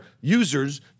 users